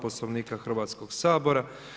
Poslovnika Hrvatskog sabora.